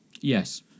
Yes